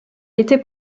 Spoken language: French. l’été